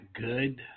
good